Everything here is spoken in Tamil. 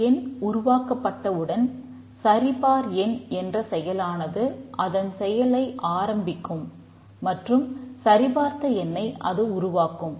ஒரு எண் உருவாக்கப்பட்ட உடன் சரிபார் எண் என்ற செயலானது அதன் செயலை ஆரம்பிக்கும் மற்றும் சரி பார்த்த எண்ணை அது உருவாக்கும்